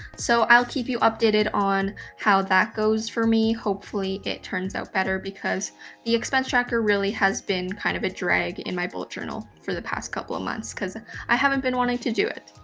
so i'll keep you updated on how that goes for me, hopefully it turns out better because the expense tracker really has been kind of a drag in my bullet journal for the passed couple of months cause i haven't been wanting to do it.